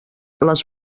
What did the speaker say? les